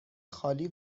خالی